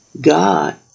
God